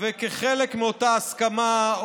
וכחלק מאותה הסכמה,